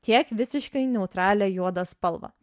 tiek visiškai neutralią juodą spalvą